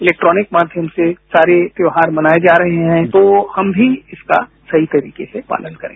electronic माध्यम से सारे त्योहार मनाए जा रहे हैं तो हम भी इसका सही तरीके से पालन करें